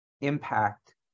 impact